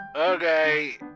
Okay